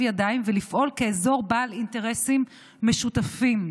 ידיים ולפעול כאזור בעל אינטרסים משותפים.